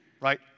right